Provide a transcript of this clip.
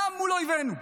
גם מול אויבינו,